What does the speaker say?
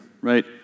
right